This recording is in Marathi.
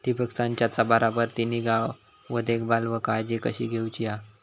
ठिबक संचाचा बराबर ती निगा व देखभाल व काळजी कशी घेऊची हा?